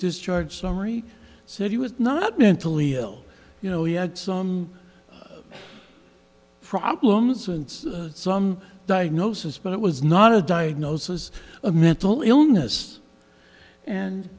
discharge summary said he was not mentally ill you know he had some problems and some diagnosis but it was not a diagnosis of mental illness